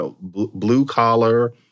blue-collar